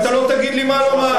ואתה לא תגיד לי מה לומר.